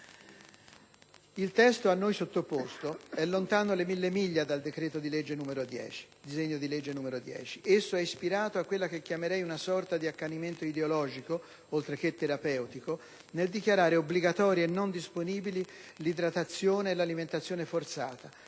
Il testo a noi sottoposto è lontano mille miglia dal disegno di legge n 10. Esso è ispirato a quello che chiamerei una sorta di accanimento ideologico - oltre che terapeutico - nel dichiarare obbligatorie e non disponibili l'idratazione e l'alimentazione forzata,